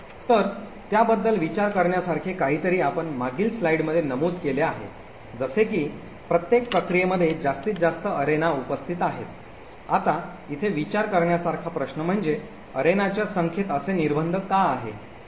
तर त्याबद्दल विचार करण्यासारखे काहीतरी आपण मागील स्लाइडमध्ये नमूद केले आहे जसे की प्रत्येक प्रक्रियेमध्ये जास्तीत जास्त अरेना उपस्थित आहेत आता इथे विचार करण्यासारखा प्रश्न म्हणजे अरेनाच्या संख्येत असे निर्बंध का आहे